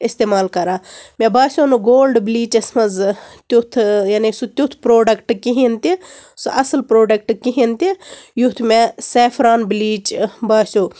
استعمال کران مےٚ باسیو نہٕ گولڈٕ بِلیٖچَس منٛز تیُتھ ٲ یعنی سُہ تیُتھ پروڈکٹ کِہیٖنۍ تہِ سُہ اصٕل پروڈکٹ کِہیٖنۍ تہِ یُتھ مےٚ سٮ۪فران بِلیٖچ باسیو